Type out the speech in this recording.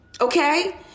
Okay